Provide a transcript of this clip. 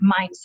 mindset